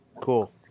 Cool